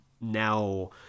now